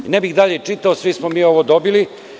Ne bih dalje čitao, svi smo mi ovo dobili.